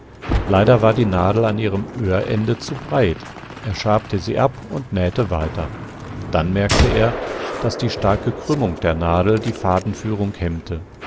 leider war die nadel an ihrem öhr ende zu breit er schabte sie ab und nähte weiter dann merkte er daß die starke krümmung der nadel die fadenführung hemmte